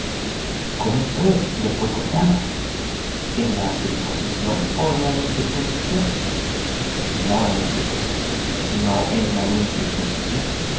cómo pues fué contada en la circuncisión ó en la incircuncisión no en la circuncisión sino en la incircuncisión